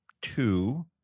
Two